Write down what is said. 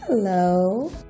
Hello